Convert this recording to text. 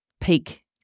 peak